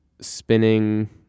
spinning